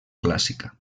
clàssica